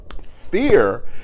Fear